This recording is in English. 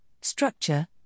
structure